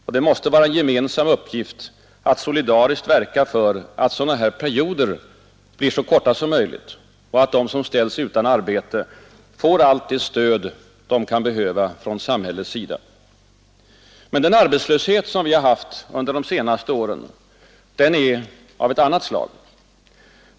Och det måste vara en gemensam uppgift att solidariskt verka för att sådana perioder blir så korta som möjligt och att de som ställs utan arbete får allt det stöd de kan behöva från samhällets sida. Den arbetslöshet som vi haft under de senaste åren, den är av ett annat slag.